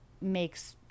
makes